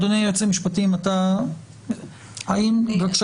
בבקשה